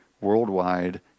worldwide